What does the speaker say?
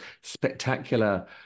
spectacular